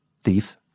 thief